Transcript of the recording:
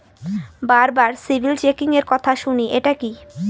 বারবার সিবিল চেকিংএর কথা শুনি এটা কি?